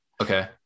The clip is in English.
Okay